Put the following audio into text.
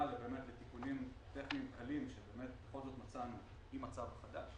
לתיקונים טכניים קלים שבאמת מצאנו עם הצו החדש,